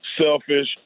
selfish